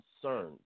concerned